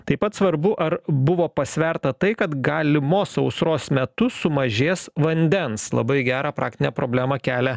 taip pat svarbu ar buvo pasverta tai kad galimos sausros metu sumažės vandens labai gerą praktinę problemą kelia